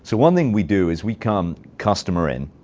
so one thing we do is we come customer-in.